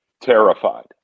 terrified